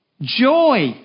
joy